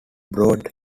broad